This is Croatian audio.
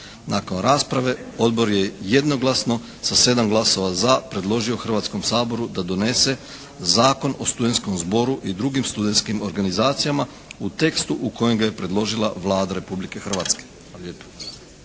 Nakon rasprave Odbor je jednoglasno sa 7 glasova za, predložio Hrvatskom saboru da donese Zakon o studentskom zboru i drugim studentskim organizacijama u tekstu u kojem ga je predložila Vlada Republike Hrvatske.